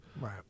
Right